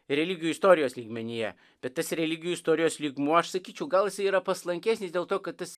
religijų istorijos lygmenyje bet tas religijų istorijos lygmuo aš sakyčiau gal jis yra paslankesnis dėl to kad tas